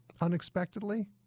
unexpectedly